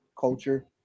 culture